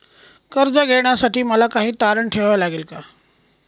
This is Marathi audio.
कर्ज घेण्यासाठी मला काही तारण ठेवावे लागेल का?